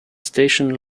station